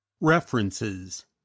References